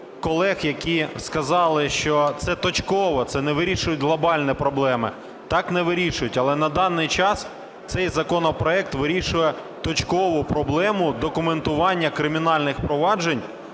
колег, які сказали, що це точково, це не вирішує глобальні проблеми. Так, не вирішують, але на даний час цей законопроект вирішує точково проблему документування кримінальних проваджень,